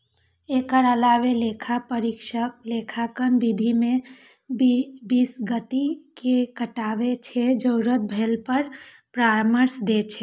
एकर अलावे लेखा परीक्षक लेखांकन विधि मे विसंगति कें बताबै छै, जरूरत भेला पर परामर्श दै छै